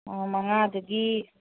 ꯑꯣ ꯃꯪꯉꯥꯗꯒꯤ